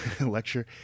lecture